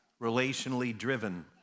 relationally-driven